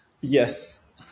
Yes